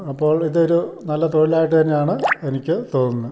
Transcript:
അപ്പോൾ ഇതൊരു നല്ല തൊഴിലായിട്ട് തന്നെയാണ് എനിക്ക് തോന്നുന്നു